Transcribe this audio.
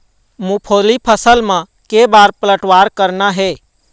मूंगफली फसल म के बार पलटवार करना हे?